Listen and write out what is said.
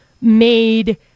made